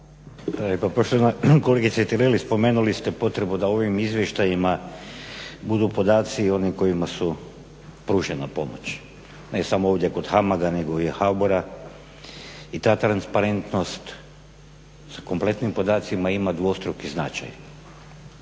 Poštovana kolegice Tireli spomenuli ste potrebu da u ovim izvještajima budu podaci oni kojima je pružena pomoć. Ne samo ovdje kod HAMAG-a nego i HBOR-a i ta transparentnost sa kompletnim podacima ima dvostruki značaj.